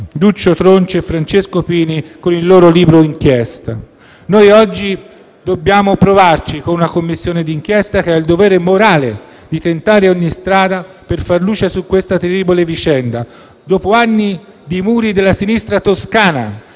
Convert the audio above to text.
Duccio Tronci e Francesco Pini per il loro libro inchiesta. Noi oggi dobbiamo provarci con una Commissione di inchiesta che ha il dovere morale di tentare ogni strada per far luce su questa terribile vicenda, dopo anni di muri della sinistra Toscana